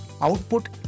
output